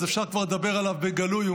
אז כבר אפשר לדבר עליו בגלוי,